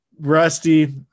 Rusty